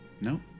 No